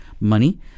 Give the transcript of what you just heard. money